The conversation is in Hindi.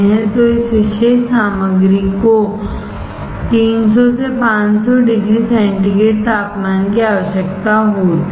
तो इस विशेष सामग्री को 300 से 500 डिग्री सेंटीग्रेड तापमान की आवश्यकता होती है